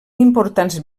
importants